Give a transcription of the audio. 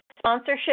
Sponsorship